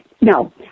No